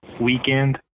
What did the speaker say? weekend